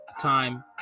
time